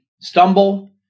stumble